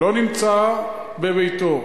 לא נמצאים בביתם.